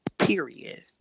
Period